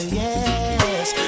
yes